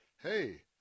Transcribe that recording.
hey